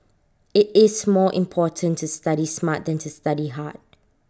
IT is more important to study smart than to study hard